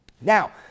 Now